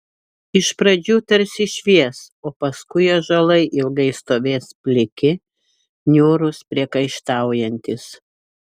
iš pradžių tarsi švies o paskui ąžuolai ilgai stovės pliki niūrūs priekaištaujantys